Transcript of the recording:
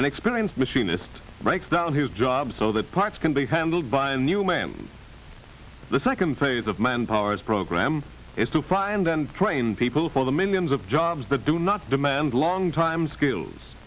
and experience machinist breaks down his job so that parts can be handled by a new man the second phase of manpower is program is to find and train people for the millions of jobs that do not demand long time skill